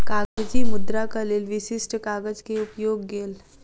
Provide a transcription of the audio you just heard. कागजी मुद्राक लेल विशिष्ठ कागज के उपयोग गेल